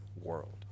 world